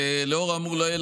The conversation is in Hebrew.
לאור האמור לעיל,